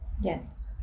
Yes